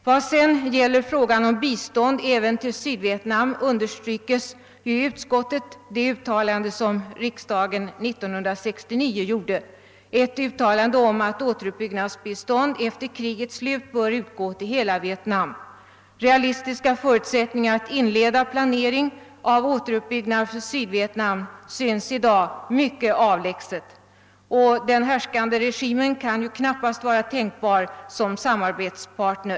Vad sedan gäller frågan om bistånd även till Sydvietnam understryker utskottet det uttalande som riksdagen gjorde 1969 om att återuppbyggnadsbiståndet efter krigets slut bör utgå till hela Vietnam. Realistiska förutsättningar att inleda planeringen av en återuppbyggnad av Sydvietnam synes i dag mycket avlägsna. Den härskande regimen kan knappast vara en tänkbar samarbetspartner.